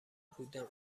بودم